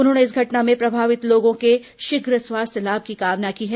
उन्होंने इस घटना में प्रभावित लोगों के शीघ्र स्वास्थ्य लाभ की कामना की है